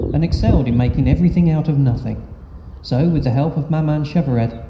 and excelled in making everything out of nothing so, with the help of maman cheveret,